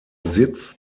sitz